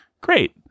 great